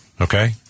Okay